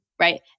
right